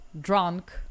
drunk